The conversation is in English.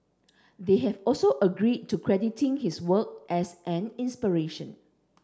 they have also agreed to crediting his work as an inspiration